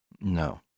No